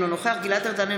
אינו נוכח גלעד ארדן,